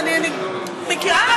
אני מכירה,